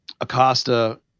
Acosta